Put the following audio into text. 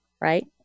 right